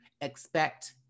expect